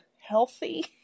healthy